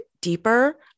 deeper